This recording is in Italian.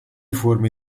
forme